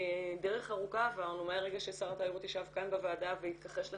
דרך ארוכה עברנו מהרגע ששר התיירות ישב כאן בוועדה והתכחש לכל,